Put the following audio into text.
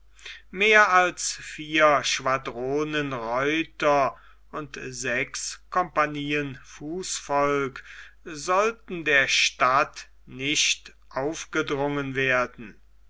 mehr als vier schwadronen reiter und sechs compagnien fußvolk sollten der stadt nicht aufgedrungen werden